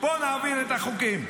פה נעביר את החוקים.